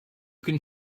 can